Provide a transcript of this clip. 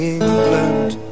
England